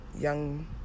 young